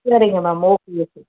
சரிங்க ma'am okay okay